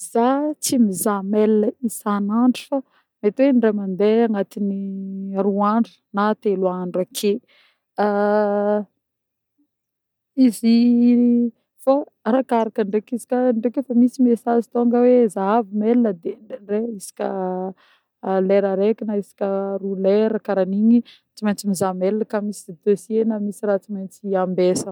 Zah tsy mizaha mail isanandro fô mety hoe in-dre mandeha agnatiny roa andro na telo andro ake izy fa arakaraka ndreka izy koà ndreka efa misy message tônga hoe zahavo mail de ndraindray isaka lera araika na roa lera karan'igny tsy mentsy mizaha mail koà misy dossier na misy raha tsy mentsy ambesagna.